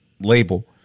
label